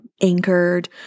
anchored